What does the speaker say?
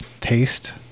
taste